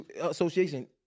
association